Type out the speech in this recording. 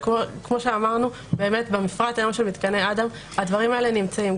כמו שאמרנו במפרט היום של מתקני אד"מ הדברים האלה נמצאים,